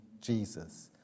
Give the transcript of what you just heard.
Jesus